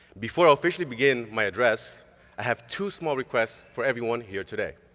before i officially begin my address, i have two small requests for everyone here today.